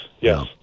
yes